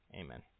Amen